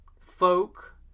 folk